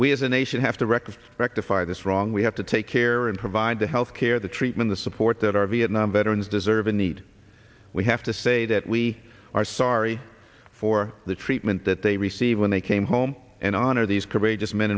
we as a nation have to rectify rectify this wrong we have to take care and provide the health care the treatment the support that our vietnam veterans deserve and need we have to say that we are sorry for the treatment that they received when they came home and honor these courageous men